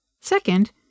Second